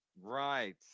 Right